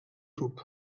tub